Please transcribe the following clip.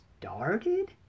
started